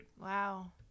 Wow